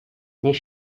niech